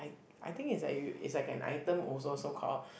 I I think is like you is like an item also so called